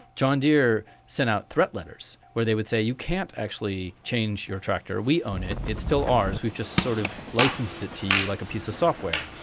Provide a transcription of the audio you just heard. john deere sent out threat letters where they would say you can't actually change your tractor, we own it, it's still ours, we've just sort of licensed it to you like a piece of software.